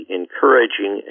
encouraging